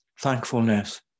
Thankfulness